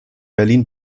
berlin